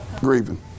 grieving